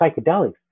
psychedelics